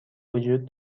وجود